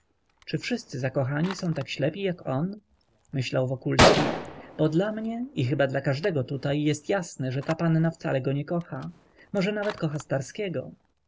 czy wszyscy zakochani są tak ślepi jak on myślał wokulski bo dla mnie i chyba dla każdego tutaj jest jasne że ta panna wcale go nie kocha może nawet